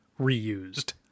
reused